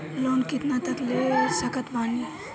Loan कितना तक ले सकत बानी?